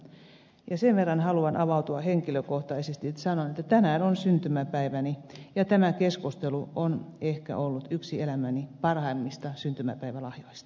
sen verran haluan avautua henkilökohtaisesti että sanon että tänään on syntymäpäiväni ja tämä keskustelu on ollut ehkä yksi elämäni parhaimmista syntymäpäivälahjoista